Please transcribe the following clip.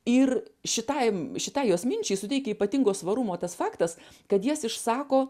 ir šitai šitai jos minčiai suteikia ypatingo svarumo tas faktas kad jas išsako